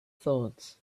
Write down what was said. thoughts